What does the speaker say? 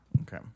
okay